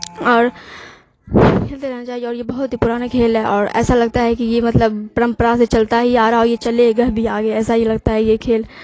اور کھیلتے رہنا چاہیے اور یہ بہت ہی پرانے کھیل ہے اور ایسا لگتا ہے کہ یہ مطلب پرمپرا سے چلتا ہی آ رہا ہو اور یہ چلے گہ بھی آگے ایسا یہ لگتا ہے یہ کھیل